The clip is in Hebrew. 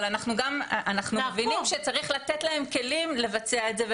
אנחנו מבינים שצריך לתת להם כלים לבצע את זה,